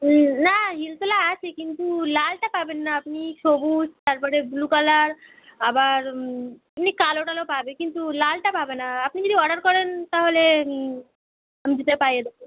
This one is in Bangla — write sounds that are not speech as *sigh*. হুম না হিল তোলা আছে কিন্তু লালটা পাবেন না আপনি সবুজ তার পরে ব্লু কালার আবার এমনি কালো টালো পাবে কিন্তু লালটা পাবে না আপনি যদি অর্ডার করেন তাহলে আমি জুতোটা পাইয়ে *unintelligible*